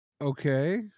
Okay